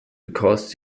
because